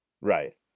Right